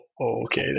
okay